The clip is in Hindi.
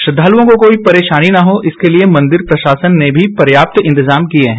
श्रद्दालुओं को कोई परेशानी न हो इसके लिए मंदिर प्रशासन ने पर्याप्त इंतजाम किए हैं